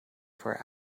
for